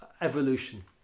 evolution